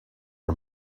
her